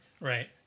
right